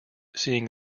seeing